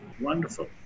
Wonderful